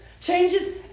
changes